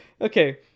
Okay